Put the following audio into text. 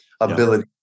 ability